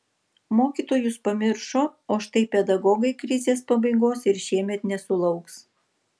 mokytojus pamiršo o štai pedagogai krizės pabaigos ir šiemet nesulauks